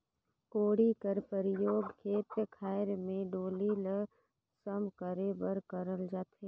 कोड़ी कर परियोग खेत खाएर मे डोली ल सम करे बर करल जाथे